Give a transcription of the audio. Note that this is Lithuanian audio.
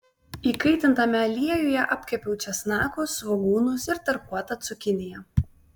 įkaitintame aliejuje apkepiau česnakus svogūnus ir tarkuotą cukiniją